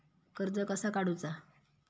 कर्ज कसा काडूचा?